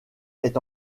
est